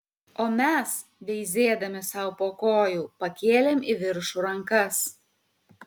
o mes veizėdami sau po kojų pakėlėm į viršų rankas